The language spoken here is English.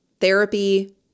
Therapy